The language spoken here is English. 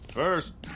First